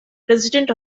president